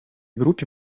группе